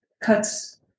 cuts